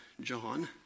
John